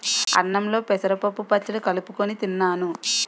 అన్నంలో పెసరపప్పు పచ్చడి కలుపుకొని తిన్నాను